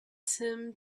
tim